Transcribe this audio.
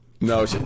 No